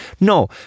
No